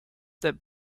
that